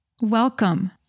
welcome